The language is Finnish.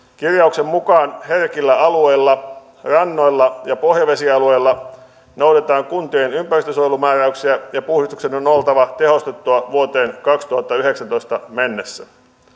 kirjauksen mukaan herkillä alueilla rannoilla ja pohjavesialueilla noudatetaan kuntien ympäristönsuojelumääräyksiä ja puhdistuksen on oltava tehostettua vuoteen kaksituhattayhdeksäntoista mennessä